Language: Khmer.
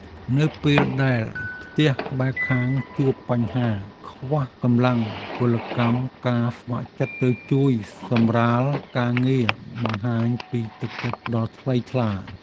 នៅពេលដែលផ្ទះក្បែរខាងជួបបញ្ហាខ្វះកម្លាំងពលកម្មការស្ម័គ្រចិត្តទៅជួយសម្រាលការងារបង្ហាញពីទឹកចិត្តដ៏ថ្លៃថ្លា។